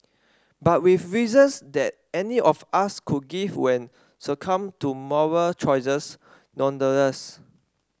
but with reasons that any of us could give when succumbed to moral choices nonetheless